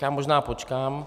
Já možná počkám.